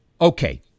Okay